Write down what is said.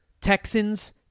Texans